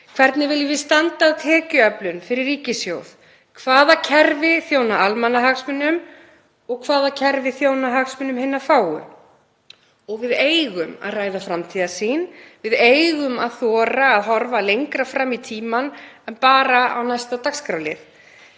Hvernig viljum við standa að tekjuöflun fyrir ríkissjóð? Hvaða kerfi þjóna almannahagsmunum og hvaða kerfi þjónar hagsmunum hinna fáu? Við eigum að ræða framtíðarsýn. Við eigum að þora að horfa lengra fram í tímann en bara á næsta dagskrárlið.